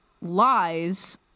lies